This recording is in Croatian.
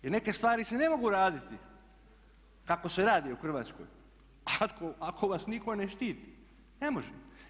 Jer neke stvari se ne mogu raditi kako se radi u Hrvatskoj ako vas nitko ne štiti, ne može.